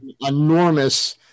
enormous